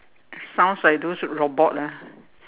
sounds like those robot ah